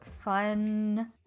fun